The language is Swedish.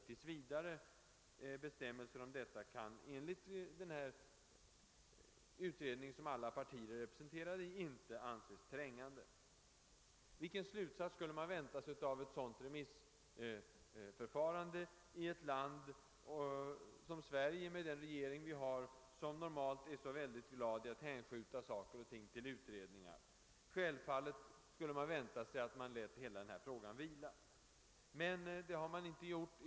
Behovet av bestämmelser om detta kan enligt utredningen, i vilken alla partier är representerade, inte anses trängande. Vilken slutsats skulle man vänta sig av sådana remissvar i ett land som Sverige, med en regering som normalt är så förtjust i att hänskjuta saker och ting till utredningar? Självfallet skulle man vänta sig att regeringen lät hela denna fråga vila. Men det har man inte gjort.